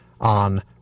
on